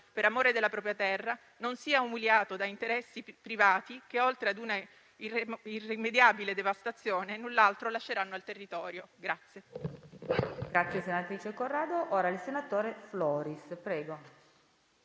per amore della propria terra, non sia umiliato da interessi privati che, oltre a una irrimediabile devastazione, null'altro lasceranno al territorio.